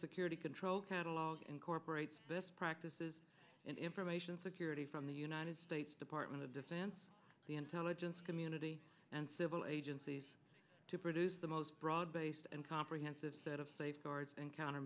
security control catalog incorporates best practices and information security from the united states department of defense the intelligence community and civil agencies to produce the most broad based and comprehensive set of safeguards and counter